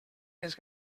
més